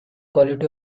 quality